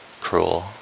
cruel